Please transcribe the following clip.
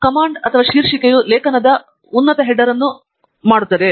command ಶೀರ್ಷಿಕೆಯು ಲೇಖನದ ಉನ್ನತ ಹೆಡರ್ ಅನ್ನು ಮಾಡುತ್ತದೆ